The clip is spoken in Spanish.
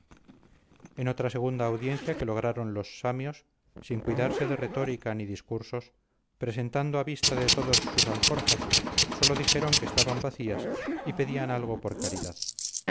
en otra segunda audiencia que lograron los samios sin cuidarse de retórica ni discursos presentando a vista de todos sus alforjas sólo dijeron que estaban vacías y pedían algo por caridad